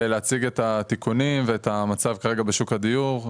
להציג את התיקונים ואת המצב כרגע בשוק הדיור.